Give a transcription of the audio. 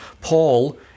Paul